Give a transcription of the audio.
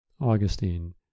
Augustine